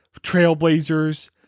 Trailblazers